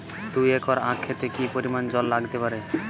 দুই একর আক ক্ষেতে কি পরিমান জল লাগতে পারে?